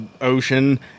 ocean